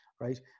right